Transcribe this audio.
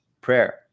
prayer